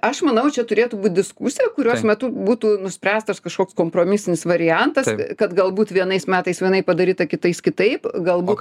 aš manau čia turėtų būt diskusija kurios metu būtų nuspręstas kažkoks kompromisinis variantas kad galbūt vienais metais vienaip padaryta kitais kitaip galbūt